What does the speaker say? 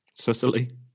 Sicily